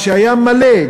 שהיה מלא,